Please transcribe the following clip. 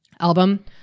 album